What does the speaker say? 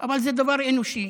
אבל זה דבר אנושי.